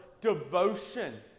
devotion